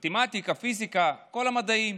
מתמטיקה, פיזיקה, כל המדעים,